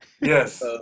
yes